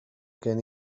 gen